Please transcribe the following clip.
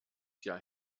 jahr